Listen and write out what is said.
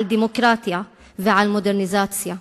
על דמוקרטיה ועל מודרניזציה.